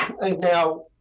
Now